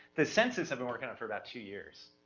the census i've been working on for about two years,